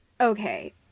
Okay